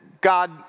God